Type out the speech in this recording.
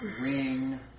ring